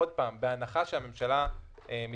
עוד פעם, בהנחה שהממשלה מתכנסת ומתחילה לעבוד.